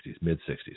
mid-60s